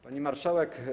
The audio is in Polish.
Pani Marszałek!